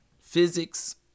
physics